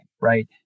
right